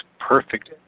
perfect